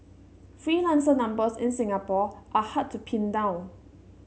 freelancer numbers in Singapore are hard to pin down